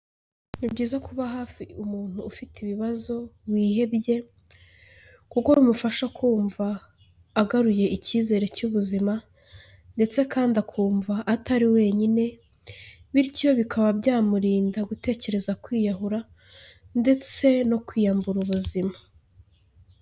Ni byiza kuba hafi umuntu ufite ibibazo, wihebye, kuko bimufasha kumva agaruye icyizere cy'ubuzima, ndetse kandi akumva atari wenyine, bityo bikaba byamurinda gutekereza kwiyahura, ndetse no kwiyambura ubuzima.